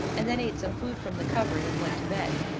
and then ate some food from the cupboard and went to bed.